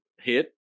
hit